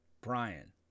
Brian